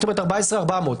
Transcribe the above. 14,400,